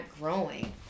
growing